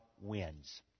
wins